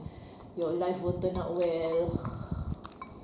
your life will turn out well